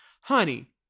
Honey